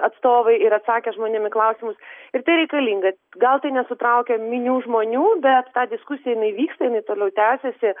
atstovai ir atsakė žmonėm į klausimus ir tai reikalinga gal tai nesutraukia minių žmonių bet ta diskusija jinai vyksta jinai toliau tęsiasi